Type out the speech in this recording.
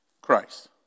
Christ